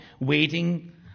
waiting